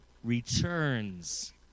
Returns